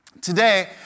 Today